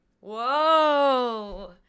Whoa